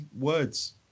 words